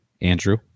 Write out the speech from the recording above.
Andrew